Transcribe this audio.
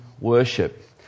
worship